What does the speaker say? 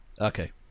Okay